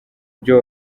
byo